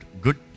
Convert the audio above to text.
good